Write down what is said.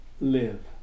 live